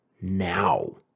now